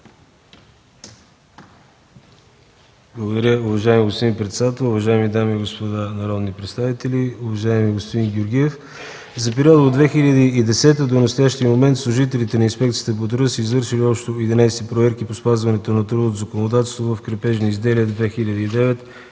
Благодаря Ви. Уважаеми господин председател, уважаеми дами и господа народни представители! Уважаеми господин Георгиев, за периода от 2010 г. до настоящия момент служителите на Инспекцията по труда са извършили общо 11 проверки по спазването на трудовото законодателство в „Крепежни изделия – 2009”